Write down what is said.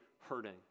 hurting